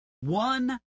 one